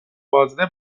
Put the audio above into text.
بازده